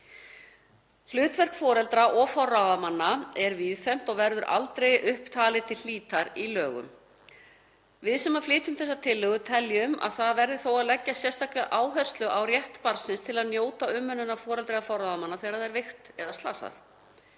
Hlutverk foreldra og forráðamanna er víðfeðmt og verður aldrei upp talið til hlítar í lögum. Við sem flytjum þessa tillögu teljum þó að leggja verði sérstaka áherslu á rétt barns til að njóta umönnunar foreldra eða forráðamanna þegar það er veikt eða slasað.